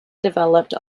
developed